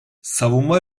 savunma